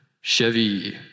Chevy